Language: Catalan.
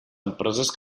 empreses